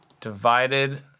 divided